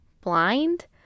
blind